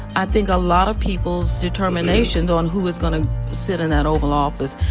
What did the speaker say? i think, a lot of people's determination on who is gonna sit in that oval office,